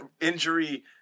injury